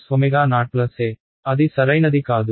Kx oa అది సరైనది కాదు